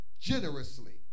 Generously